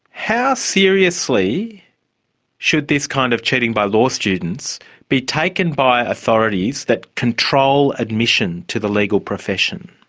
how seriously should this kind of cheating by law students be taken by authorities that control admission to the legal profession?